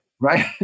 Right